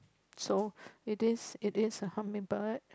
so it is it is a hummingbird